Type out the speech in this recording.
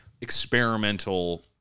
experimental